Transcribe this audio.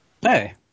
Hey